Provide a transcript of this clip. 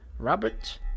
Robert